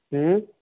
ह्म्म